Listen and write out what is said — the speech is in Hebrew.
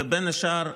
ובין השאר,